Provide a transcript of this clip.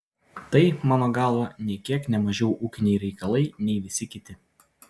tai mano galva nė kiek ne mažiau ūkiniai reikalai nei visi kiti